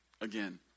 again